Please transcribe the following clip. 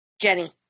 Jenny